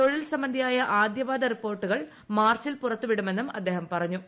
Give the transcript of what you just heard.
തൊഴിൽ സംബന്ധിയായ ആദ്യപാദ റിപ്പോർട്ടുകൾ മാർച്ചിൽ പുറത്തു വിടുമെന്നും അദ്ദേഹം പറഞ്ഞു